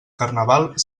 carnaval